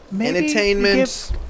Entertainment